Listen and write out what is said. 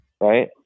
Right